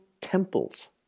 temples